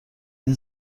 این